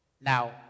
Now